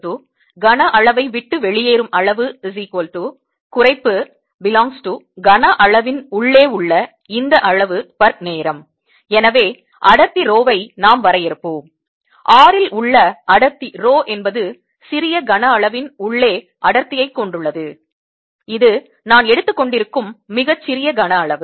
ds கனஅளவை விட்டு வெளியேறும் அளவு குறைப்பு ∈ கன அளவின் உள்ளே உள்ள இந்த அளவு நேரம் எனவே அடர்த்தி rho வை நாம் வரையறுப்போம் r இல் உள்ள அடர்த்தி rho என்பது சிறிய கனஅளவின் உள்ளே அடர்த்தியைக் கொண்டுள்ளது இது நான் எடுத்துக் கொண்டிருக்கும் மிகச் சிறிய கனஅளவு